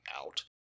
out